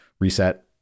reset